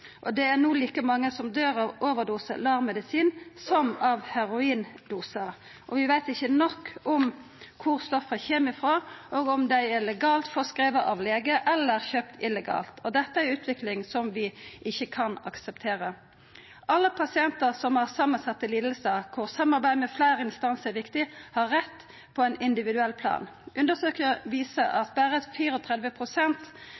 Det er no like mange som døyr av ein overdose LAR-medisin, som av heroindosar. Vi veit ikkje nok om kor stoffet kjem frå – om det er legalt forskrive av lege eller kjøpt illegalt. Dette er ei utvikling som vi ikkje kan akseptera. Alle pasientar som har samansette lidingar, kor samarbeid mellom fleire instansar er viktig, har rett på ein individuell plan. Undersøkingar viser